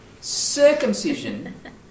circumcision